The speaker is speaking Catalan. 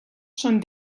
són